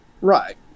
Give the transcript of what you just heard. Right